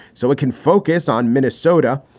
so it can focus on minnesota.